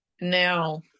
Now